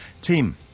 team